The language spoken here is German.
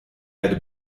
erde